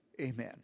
Amen